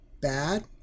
bad